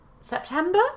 September